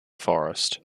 forest